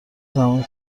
زمانی